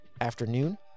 afternoon